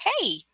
Hey